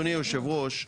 אדוני יושב הראש,